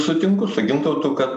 sutinku su gintautu kad